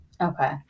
Okay